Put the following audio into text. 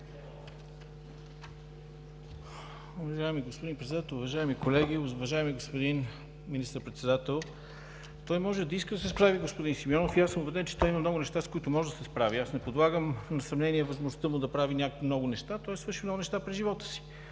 Уважаеми господин Председател, уважаеми колеги, уважаеми господин Министър-председател! Той може да иска да се справи – господин Симеонов, и аз съм убеден, че има много неща, с които може да се справи. Не подлагам на съмнение възможността му да прави много неща. Той свърши много неща през живота си.